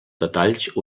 detalls